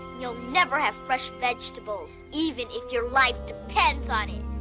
you'll never have fresh vegetables, even if your life depends on it,